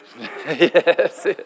Yes